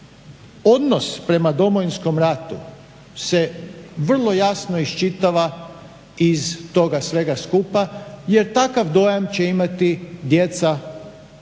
Odnos prema Domovinskom ratu se vrlo jasno iščitava iz toga svega skupa jer takav dojam će imati djeca budući